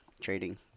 Trading